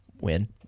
Win